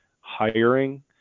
hiring